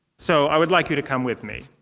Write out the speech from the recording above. so, i would like you to come with me.